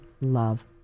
love